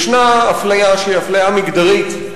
יש אפליה מגדרית,